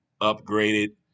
upgraded